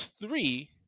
three